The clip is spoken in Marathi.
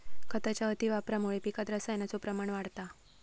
खताच्या अतिवापरामुळा पिकात रसायनाचो प्रमाण वाढता